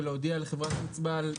הנושא של התחבורה ביהודה ושומרון,